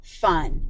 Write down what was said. fun